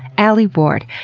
alie ward.